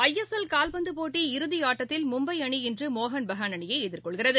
ஐ S L கால்பந்துப் போட்டி இறுதி ஆட்டத்தில் மும்பை அணி இன்று மோகன் பெஹான் அணியை எதிர்கொள்கிறது